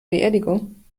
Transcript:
beerdigung